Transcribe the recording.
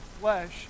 flesh